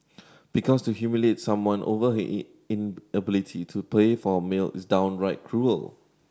because to humiliate someone over he inability to pay for meal is downright cruel